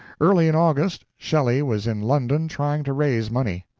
early in august, shelley was in london trying to raise money.